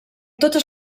totes